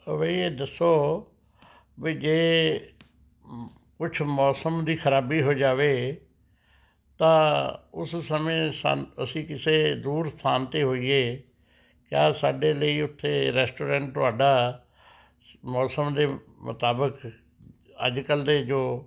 ਹਾਂ ਬਈ ਇਹ ਦੱਸੋ ਵੀ ਜੇ ਕੁਝ ਮੌਸਮ ਦੀ ਖ਼ਰਾਬੀ ਹੋ ਜਾਵੇ ਤਾਂ ਉਸ ਸਮੇਂ ਸਾਨੂੰ ਅਸੀਂ ਕਿਸੇ ਦੂਰ ਸਥਾਨ 'ਤੇ ਹੋਈਏ ਤਾਂ ਸਾਡੇ ਲਈ ਉੱਥੇ ਰੈਸਟੋਰੈਂਟ ਤੁਹਾਡਾ ਮੌਸਮ ਦੇ ਮੁਤਾਬਕ ਅੱਜ ਕੱਲ੍ਹ ਦੇ ਜੋ